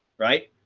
right?